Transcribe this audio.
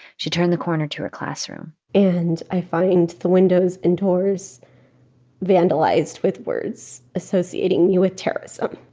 she turned the corner to her classroom and i find the windows and doors vandalized with words associating me with terrorism,